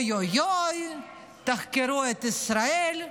אוי, אוי, אוי, תחקרו את ישראל.